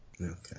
Okay